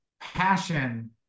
passion